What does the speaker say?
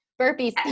burpees